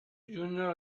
junior